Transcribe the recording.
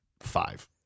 five